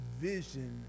vision